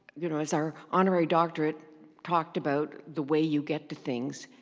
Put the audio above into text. you know as our honorary doctorate talked about, the way you get to things,